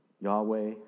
Yahweh